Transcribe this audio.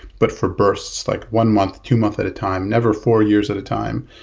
but for bursts, like one month, two month at a time. never four years at a time.